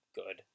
good